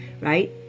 right